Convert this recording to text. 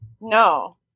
No